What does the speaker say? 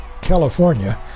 California